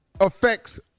affects